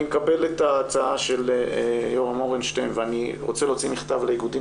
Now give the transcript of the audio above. אני מקבל את הצעתו של יורם ארנשטיין ואני רוצה להוציא מכתב לאיגודים